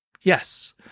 Yes